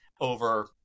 over